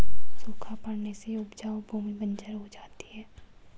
सूखा पड़ने से उपजाऊ भूमि बंजर हो जाती है